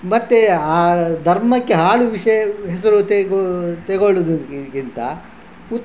ಮತ್ತು ಆ ಧರ್ಮಕ್ಕೆ ಹಾಳು ವಿಷಯ ಹೆಸರು ತಗೊಳ್ಳೋದಕ್ಕಿಂತ ಉತ್ತ ಒಳ್ಳೆಯ ಡ್ರೈವರ್ ಇವನು ಅಂತ